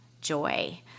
joy